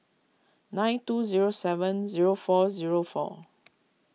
nine two zero seven zero four zero four